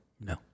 No